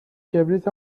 کبریت